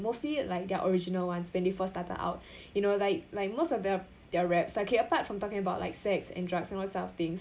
mostly like their original ones when they first started out you know like like most of their their raps okay apart from talking about like sex and drugs and all that sort of things